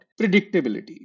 Predictability